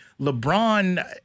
LeBron